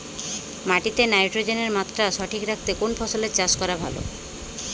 মাটিতে নাইট্রোজেনের মাত্রা সঠিক রাখতে কোন ফসলের চাষ করা ভালো?